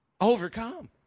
Overcome